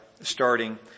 starting